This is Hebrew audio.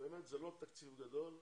באמת זה לא תקציב גדול,